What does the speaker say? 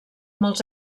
molts